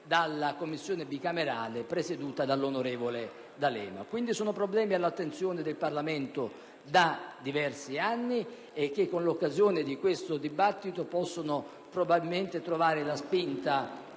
dalla Commissione bicamerale presieduta dall'onorevole D'Alema. Sono problemi all'attenzione del Parlamento da diversi anni, che con l'occasione di questo dibattito possono probabilmente trovare la spinta